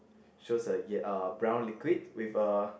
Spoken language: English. shows a ye~ uh brown liquid with a